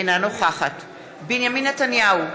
אינה נוכחת בנימין נתניהו,